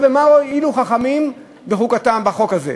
ומה הועילו חכמים בחוקתם בחוק הזה?